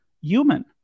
human